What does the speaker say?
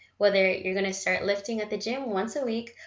whether you're gonna start lifting at the gym once a week,